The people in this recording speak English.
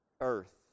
earth